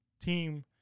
team